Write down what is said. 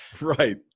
Right